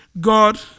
God